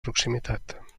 proximitat